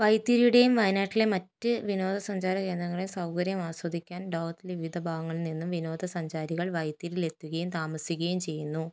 വൈത്തിരിയുടെയും വയനാട്ടിലെ മറ്റ് വിനോദ സഞ്ചാര കേന്ദ്രങ്ങളെയും സൗകര്യം ആസ്വദിക്കാൻ ലോകത്തിലെ വിവിധ ഭാഗങ്ങളിൽ നിന്നുള്ള വിനോദ സഞ്ചാരികൾ വൈത്തിരിയിൽ എത്തുകയും താമസിക്കുകയും ചെയ്യുന്നു